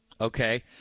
Okay